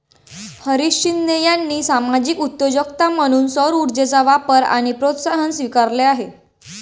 हरीश शिंदे यांनी सामाजिक उद्योजकता म्हणून सौरऊर्जेचा वापर आणि प्रोत्साहन स्वीकारले आहे